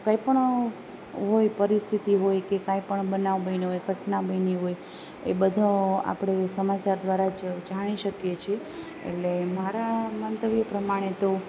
કઈ પણ હોય પરિસ્થિતિ હોય કઈ પણ બનાવ બન્યો હોય કઈ ઘટના બની હોય એ બધી આપણે સમાચાર દ્વારા જાણી શકીએ છીએ એટલે મારા મંતવ્યો પ્રમાણે તો